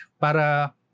para